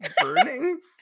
burnings